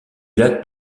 lac